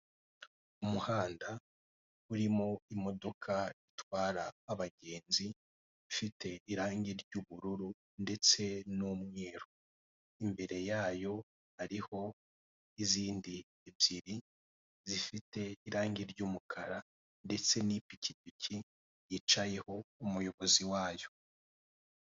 Umuhanda urimo imodoka itwara abagenzi, ifite irange ry'ubururu ndetse n'umweru. Imbere yayo hariho izindi ebyiri zifite irange ry'umukara ndetse n'ipikipiki yicayeho umuyobozi wayo.